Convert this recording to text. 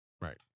Right